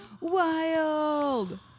wild